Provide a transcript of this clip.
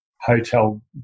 hotel